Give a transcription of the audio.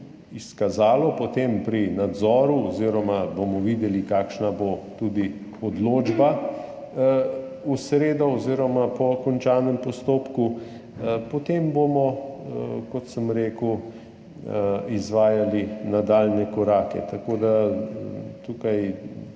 izkazalo potem pri nadzoru oziroma bomo videli, kakšna bo tudi odločba v sredo oziroma po končanem postopku, potem bomo, kot sem rekel, izvajali nadaljnje korake. Tako da tukaj